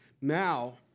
Now